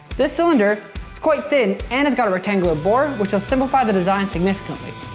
this cylinder is quite thin and it's got a rectangular board which will simplify the design significantly.